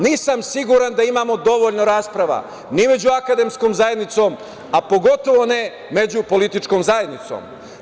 Nisam siguran da imamo dovoljno rasprava ni u među akademskom zajednicom, a pogotovo ne među političkom zajednicom.